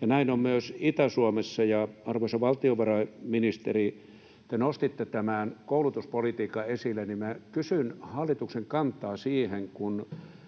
Näin on myös Itä-Suomessa. Arvoisa valtiovarainministeri, te nostitte tämän koulutuspolitiikan esille, joten minä kysyn hallituksen kantaa siihen,